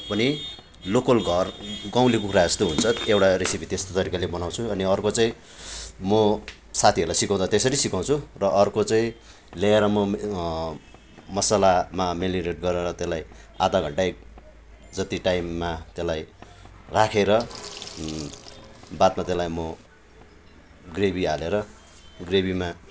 पनि लोकल घर गाउँले कुखुरा जस्तो हुन्छ एउटा रेसिपी त्यस्तो तरिकाले बनाउँछु अनि अर्को चाहिँ म साथीहरूलाई सिकाउँदा त्यसरी सिकाउँछु र अर्को चाहिँ ल्याएर म मसलामा म मेरिनेट गरेर त्यसलाई आधा घन्टा जति टाइममा त्यसलाई राखेर बादमा त्यसलाई म ग्रेभी हालेर ग्रेभीमा